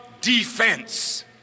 defense